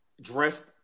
dressed